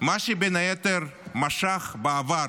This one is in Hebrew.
מה שבין היתר משך בעבר